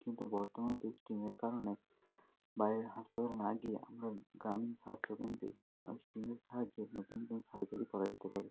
কিন্তু বর্তমানেতে স্টেমের কারণে বাইরের হাসপাতাল না গিয়ে আমরা গ্রামীণ স্বাস্থ্যকেন্দ্রেই স্টেমের সাহায্যে নতুন নতুন সার্জারি করা যেতে পারে